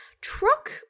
Truck